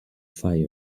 fire